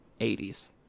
80's